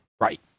Right